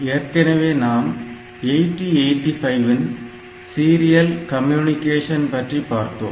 ஏற்கனவே நாம் 8085 இன் சீரியல் கம்யூனிகேஷன் பற்றி பார்த்தோம்